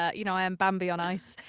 you know, i'm bambi on ice.